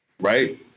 Right